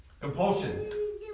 Compulsion